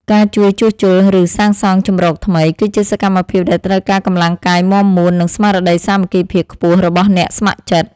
ការជួយជួសជុល ឬសាងសង់ជម្រកថ្មី គឺជាសកម្មភាពដែលត្រូវការកម្លាំងកាយមាំមួន និងស្មារតីសាមគ្គីភាពខ្ពស់របស់អ្នកស្ម័គ្រចិត្ត។